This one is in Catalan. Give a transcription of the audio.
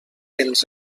pels